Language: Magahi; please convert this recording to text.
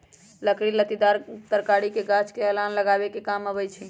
लकड़ी लत्तिदार तरकारी के गाछ लेल अलान लगाबे कें काम अबई छै